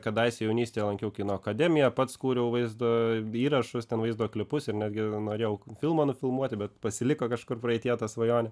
kadaise jaunystėje lankiau kino akademiją pats kūriau vaizdo įrašus ten vaizdo klipus ir netgi norėjau filmą nufilmuoti bet pasiliko kažkur praeityje ta svajonė